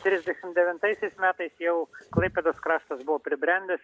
trisdešimt devintaisiais metais jau klaipėdos kraštas buvo pribrendęs